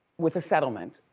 with a settlement.